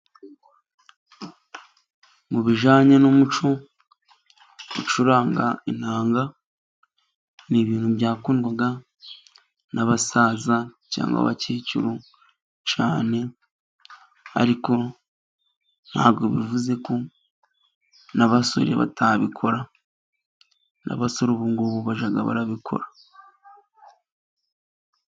Mu bijyanye n'umuco, gucuranga inanga ni ibintu byakundwaa n'abasaza cyangwa abakecuru cyane, ariko ntabwo bivuze ko n'abasore batabikora . N'abasore ubungubu bajya barabikora.